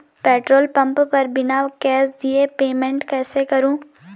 Petrol pump पर बिना cash दिए पेमेंट कैसे करूँ?